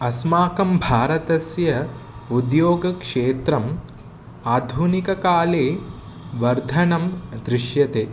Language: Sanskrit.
अस्माकं भारतस्य उद्योगक्षेत्रे आधुनिककाले वर्धनं दृश्यते